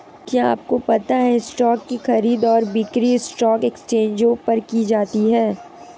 क्या आपको पता है स्टॉक की खरीद और बिक्री स्टॉक एक्सचेंजों पर की जाती है?